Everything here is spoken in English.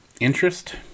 interest